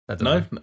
No